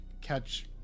catch